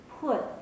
put